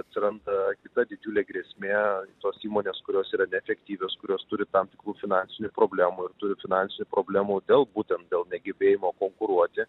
atsiranda kita didžiulė grėsmė tos įmonės kurios yra neefektyvios kurios turi tam tikrų finansinių problemų ir turi finansinių problemų dėl būtent dėl negebėjimo konkuruoti